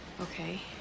Okay